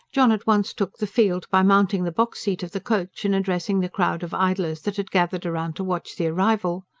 john at once took the field by mounting the box-seat of the coach and addressing the crowd of idlers that had gathered round to watch the arrival.